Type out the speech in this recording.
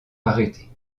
arrêtée